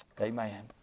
Amen